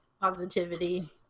Positivity